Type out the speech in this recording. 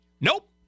Nope